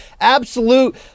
absolute